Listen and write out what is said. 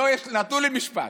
נתנו לי משפט.